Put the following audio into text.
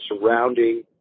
surrounding